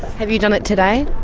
have you done it today?